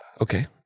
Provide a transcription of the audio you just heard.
Okay